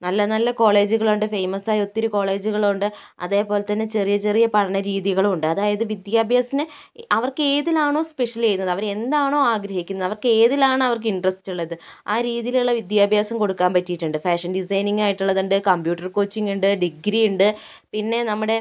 നല്ല നല്ല കോളേജുകളുണ്ട് ഫേമസായ ഒത്തിരി കോളേജുകളുണ്ട് അതേപോലെ തന്നെ ചെറിയ ചെറിയ പഠന രീതികളുവുണ്ട് അതായത് വിദ്യാഭ്യാസത്തിനെ അവർക്ക് ഏതിലാണോ സ്പെഷ്യല് ചെയ്യുന്നത് അവര് എന്താണോ ആഗ്രഹിക്കുന്നത് അവർക്കേതിലാണ് അവർക്ക് ഇൻട്രസ്റ്റ് ഉള്ളത് ആ രീതിയിലുള്ള വിദ്യാഭ്യാസം കൊടുക്കാൻ പറ്റിയിട്ടുണ്ട് ഫാഷൻ ഡിസൈനിങ്ങ് ആയിട്ടുള്ളത് ഉണ്ട് കമ്പ്യൂട്ടർ കോച്ചിങ്ങ് ഉണ്ട് ഡിഗ്രി ഉണ്ട് പിന്നെ നമ്മുടെ